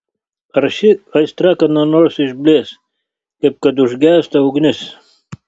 ar ši aistra kada nors išblės kaip kad užgęsta ugnis